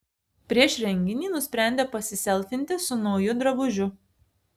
prieš renginį nusprendė pasiselfinti su nauju drabužiu